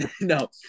no